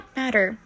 matter